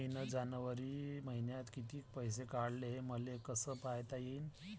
मिन जनवरी मईन्यात कितीक पैसे काढले, हे मले कस पायता येईन?